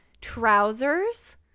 trousers